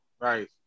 right